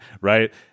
right